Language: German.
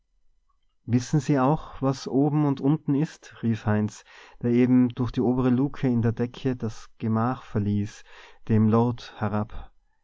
wissen sie auch was oben und unten ist rief heinz der eben durch die obere luke in der decke das gemach verließ dem lord herab